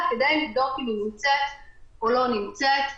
כדי לבדוק אם היא נמצאת או לא נמצאת.